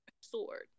sword